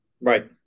Right